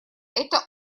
это